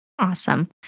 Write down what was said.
Awesome